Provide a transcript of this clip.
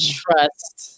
trust